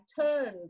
turned